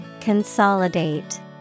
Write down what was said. consolidate